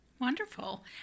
Wonderful